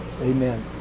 Amen